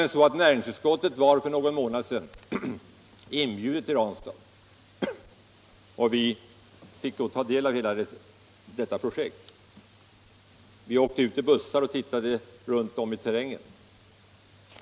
Näringsutskottet var för någon månad sedan inbjudet till Ranstad, och vi fick då ta del av hela detta projekt. Vi åkte bl.a. ut i bussar och tittade runt om i terrängen.